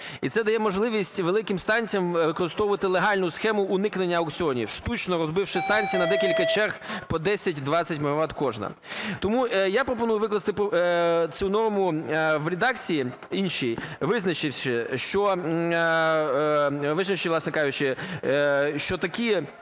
І це дає можливість великим станціям використовувати легальну схему уникнення аукціонів, штучно розбивши станції на декілька черг по 10-20 МВт кожна. Тому я пропоную викласти цю норму в редакції іншій, визначивши, що…